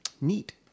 Neat